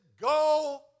go